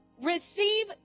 Receive